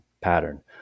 pattern